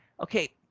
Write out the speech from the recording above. okay